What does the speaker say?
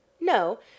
No